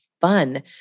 fun